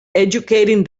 educating